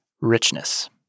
Richness